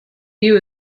view